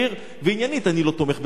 ועניינית אני לא תומך ב"תג מחיר",